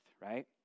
right